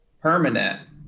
permanent